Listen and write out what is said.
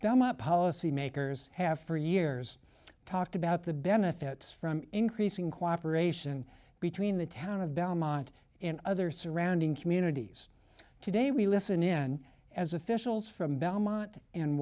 up policymakers have for years talked about the benefits from increasing cooperation between the town of belmont in other surrounding communities today we listen in as officials from belmont